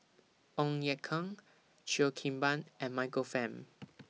Ong Ye Kung Cheo Kim Ban and Michael Fam